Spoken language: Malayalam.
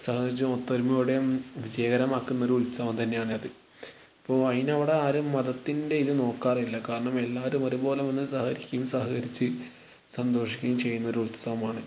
സഹകരിച്ച് ഒത്തൊരുമയോടെ വിജയകരമാക്കുന്ന ഒരു ഉത്സവം തന്നെയാണത് ഇപ്പോൾ അതിനവിടെ ആരും മതത്തിൻ്റെ ഇത് നോക്കാറില്ല കാരണം എല്ലാവരും ഒരുപോലെ വന്ന് സഹകരിക്കും സഹകരിച്ച് സന്തോഷിക്കുകയും ചെയ്യുന്ന ഒരു ഉത്സവമാണ്